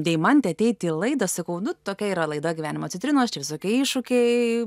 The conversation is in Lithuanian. deimantę ateiti į laidą sakau nu tokia yra laida gyvenimo citrinos čia visokie iššūkiai